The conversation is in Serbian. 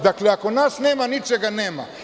Dakle, ako nas nema, ničega nema.